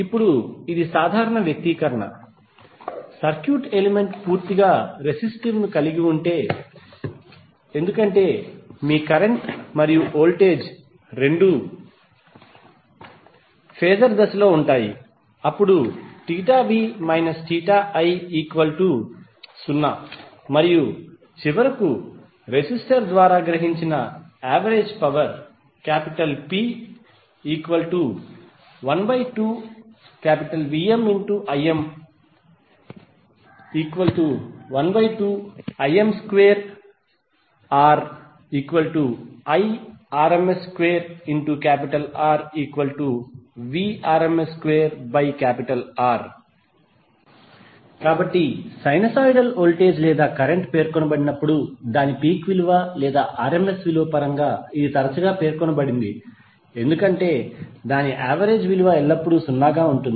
ఇప్పుడు ఇది సాధారణ వ్యక్తీకరణ సర్క్యూట్ ఎలిమెంట్ పూర్తిగా రెసిస్టివ్ ను కలిగి ఉంటే ఎందుకంటే మీ కరెంట్ మరియు వోల్టేజ్ రెండూ ఫేజర్ దశలో ఉంటాయి అప్పుడుv i0 మరియు చివరకు రెసిస్టర్ ద్వారా గ్రహించిన యావరేజ్ పవర్ P12VmIm12Im2RIrms2RVrms2R కాబట్టి సైనూసోయిడల్ వోల్టేజ్ లేదా కరెంట్ పేర్కొనబడినప్పుడు దాని పీక్ విలువ లేదా rms విలువ పరంగా ఇది తరచుగా పేర్కొనబడుతుంది ఎందుకంటే దాని యావరేజ్ విలువ ఎల్లప్పుడూ 0 గా ఉంటుంది